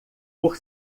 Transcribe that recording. por